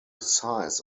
size